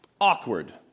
awkward